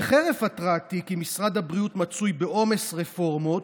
וחרף התרעתי כי משרד הבריאות מצוי בעומס רפורמות,